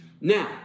Now